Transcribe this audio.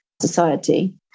society